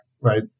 right